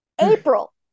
April